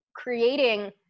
Creating